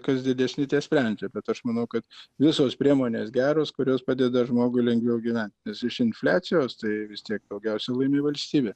kas didesni tie sprendžia bet aš manau kad visos priemonės geros kurios padeda žmogui lengviau gyvent nes iš infliacijos tai vis tiek daugiausia laimi valstybė